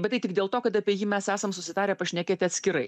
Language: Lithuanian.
bet tai tik dėl to kad apie jį mes esam susitarę pašnekėti atskirai